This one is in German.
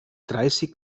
dreißig